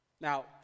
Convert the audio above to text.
Now